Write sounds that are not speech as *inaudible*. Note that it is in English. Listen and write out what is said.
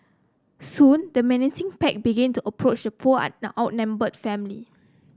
soon the menacing pack began to approach the poor *unintelligible* outnumbered family